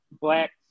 black